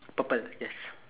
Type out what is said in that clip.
purple yes